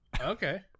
okay